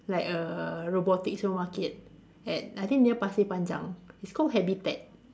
like err robotics supermarket at I think near Pasir Panjang it's called Habitat